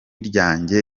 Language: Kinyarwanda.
ryanjye